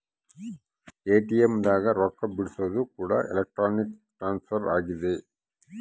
ATM ದಾಗ ರೊಕ್ಕ ಬಿಡ್ಸೊದು ಕೂಡ ಎಲೆಕ್ಟ್ರಾನಿಕ್ ಟ್ರಾನ್ಸ್ಫರ್ ಅಗೈತೆ